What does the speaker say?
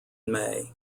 may